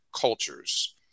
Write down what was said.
cultures